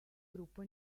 gruppo